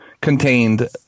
contained